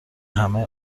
همه